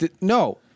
No